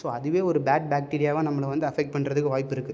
so அதுவே ஒரு bad பேக்டீரியாவாக நம்மள வந்து அஃபெக்ட் பண்ணுறதுக்கு வாய்ப்பு இருக்கு